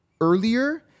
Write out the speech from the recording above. earlier